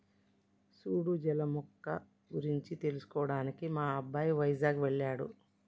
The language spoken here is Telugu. సూడు జల మొక్క గురించి తెలుసుకోవడానికి మా అబ్బాయి వైజాగ్ వెళ్ళాడు